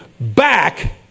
back